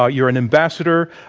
ah you are an ambassador.